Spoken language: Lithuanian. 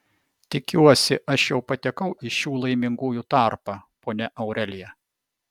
tikiuosi aš jau patekau į šių laimingųjų tarpą ponia aurelija